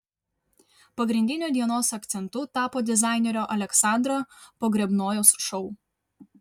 pagrindiniu dienos akcentu tapo dizainerio aleksandro pogrebnojaus šou